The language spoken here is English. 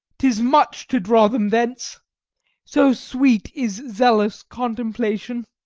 tis much to draw them thence so sweet is zealous contemplation.